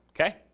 okay